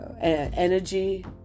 energy